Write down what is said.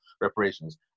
reparations